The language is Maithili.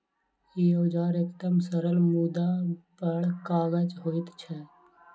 ई औजार एकदम सरल मुदा बड़ काजक होइत छै